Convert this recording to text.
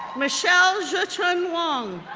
michelle zichun wong,